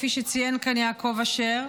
כפי שציין כאן יעקב אשר,